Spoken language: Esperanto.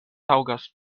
taŭgas